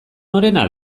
norena